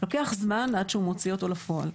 לוקח זמן עד שהוא מוציא אותו לפועל.